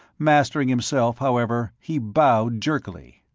mastering himself, however, he bowed jerkily.